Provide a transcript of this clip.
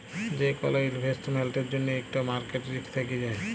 যে কল ইলভেস্টমেল্টের জ্যনহে ইকট মার্কেট রিস্ক থ্যাকে যায়